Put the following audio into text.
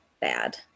bad